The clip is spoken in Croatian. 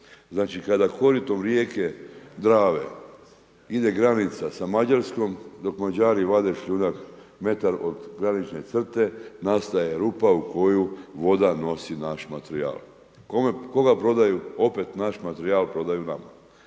Znači kada koritom rijeke Drave ide granica sa Mađarskom dok Mađari vade šljunak metar od granične crte, nastaje rupa u koju voda nosi naš materijal. Koga prodaju? Opet naš materijal prodaju nama.